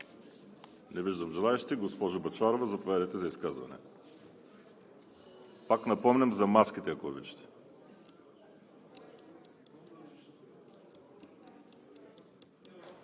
Не виждам желаещи. Госпожо Бъчварова, заповядайте за изказване. Пак напомням за маските, ако обичате.